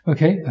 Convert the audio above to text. Okay